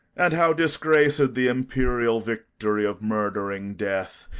and how disgraced the imperial victory of murdering death,